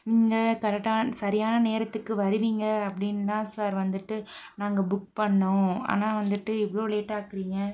நீங்கள் கரெக்ட்டாக சரியான நேரத்துக்கு வருவீங்க அப்படின்தான் சார் வந்துட்டு நாங்கள் புக் பண்ணிணோம் ஆனால் வந்துட்டு இவ்வளோ லேட் ஆக்குறீங்க